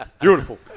Beautiful